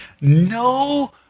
no